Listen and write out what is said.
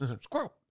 Squirrel